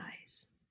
eyes